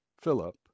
Philip